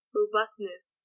robustness